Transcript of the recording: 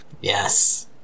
yes